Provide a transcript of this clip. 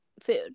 food